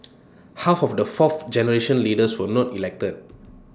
half of the fourth generation leaders were not elected